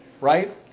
right